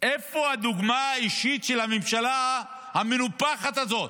איפה הדוגמה האישית של הממשלה המנופחת הזאת?